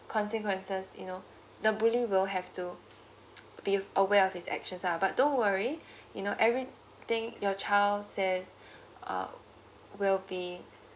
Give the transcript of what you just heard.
consequences you know the bully will have to be aware of his actions ah but don't worry you know everything your child says uh will be